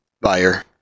buyer